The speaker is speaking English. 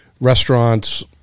restaurants